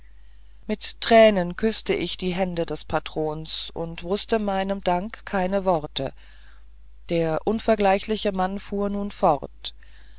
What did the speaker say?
mit tränen küßte ich die hände des patrons und wußte meinem danke keine worte der unvergleichliche mann fuhr nun fort